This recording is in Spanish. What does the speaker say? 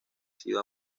sido